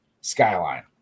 Skyline